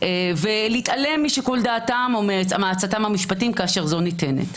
ולהתעלם משיקול דעתם או מעצתם המשפטית כאשר זו ניתנת.